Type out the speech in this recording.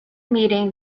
meeting